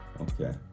Okay